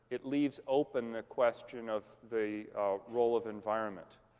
it leaves open the question of the role of environment.